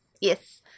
Yes